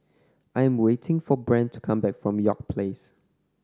I am waiting for Brent come back from York Place